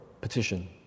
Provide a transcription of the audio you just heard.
petition